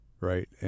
right